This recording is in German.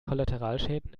kollateralschäden